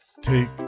Take